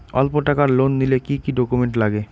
অল্প টাকার লোন নিলে কি কি ডকুমেন্ট লাগে?